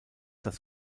das